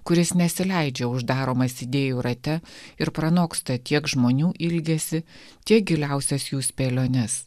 kuris nesileidžia uždaromas idėjų rate ir pranoksta tiek žmonių ilgesį tiek giliausias jų spėliones